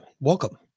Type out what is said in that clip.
Welcome